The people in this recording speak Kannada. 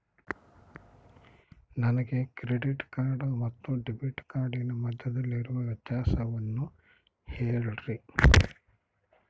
ನನಗೆ ಕ್ರೆಡಿಟ್ ಕಾರ್ಡ್ ಮತ್ತು ಡೆಬಿಟ್ ಕಾರ್ಡಿನ ಮಧ್ಯದಲ್ಲಿರುವ ವ್ಯತ್ಯಾಸವನ್ನು ಹೇಳ್ರಿ?